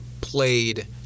played